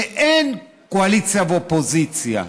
ושאין קואליציה ואופוזיציה,